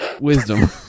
wisdom